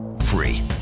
Free